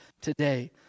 today